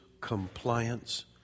compliance